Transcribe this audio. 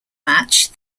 match